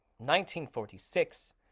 1946